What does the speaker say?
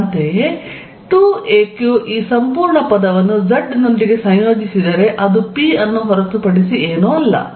ಅಂತೆಯೇ 2aqz ಈ ಸಂಪೂರ್ಣ ಪದವನ್ನು z ನೊಂದಿಗೆ ಸಂಯೋಜಿಸಿದರೆ ಅದು 'p' ಅನ್ನು ಹೊರತುಪಡಿಸಿ ಏನೂ ಅಲ್ಲ